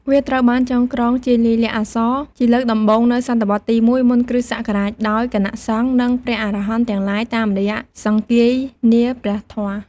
វាត្រូវបានចងក្រងជាលាយលក្ខណ៍អក្សរជាលើកដំបូងនៅសតវត្សទី១ មុនគ្រិស្តសករាជ ដោយគណៈសង្ឃ និងព្រះអរហន្តទាំងឡាយ តាមរយៈសង្គាយនាព្រះធម៌។